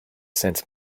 sense